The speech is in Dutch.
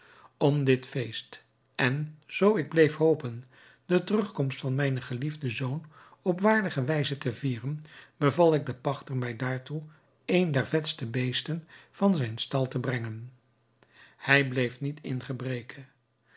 om dit feest en zoo ik bleef hopen de terugkomst van mijnen geliefden zoon op waardige wijze te vieren beval ik den pachter mij daartoe een der vetste beesten van zijn stal te brengen hij bleef niet in gebreke